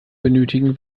benötigen